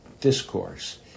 discourse